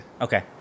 Okay